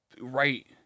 right